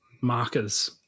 markers